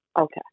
Okay